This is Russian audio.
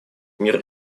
мир